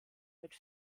mit